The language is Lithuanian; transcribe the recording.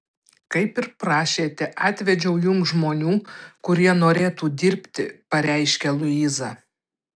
kaip ir prašėte atvedžiau jums žmonių kurie norėtų dirbti pareiškia luiza